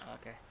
Okay